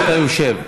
אתה יכול לשאול אותו,